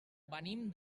venim